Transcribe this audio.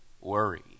worry